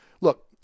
look